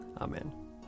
Amen